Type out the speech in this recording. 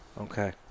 Okay